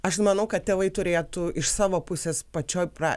aš manau kad tėvai turėtų iš savo pusės pačioje pra